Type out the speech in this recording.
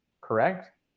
correct